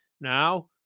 Now